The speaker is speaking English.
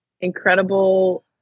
incredible